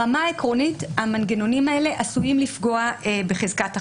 ברמה העקרונות המנגנונים האלה עשויים לפגוע בחזקת החפות,